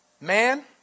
Man